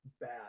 bad